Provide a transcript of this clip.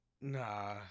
Nah